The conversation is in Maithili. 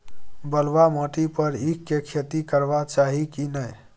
बलुआ माटी पर ईख के खेती करबा चाही की नय?